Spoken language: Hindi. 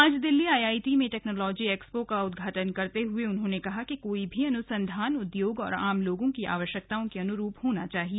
आज दिल्ली आईआईटी में टेक्नोलॉजी एक्सपो का उद्घाटन करते हुए उन्होंने कहा कि कोई भी अनुसंधान उद्योग और आम लोगों की आवश्यकताओं के अनुरूप होना चाहिए